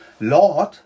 Lord